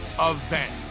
event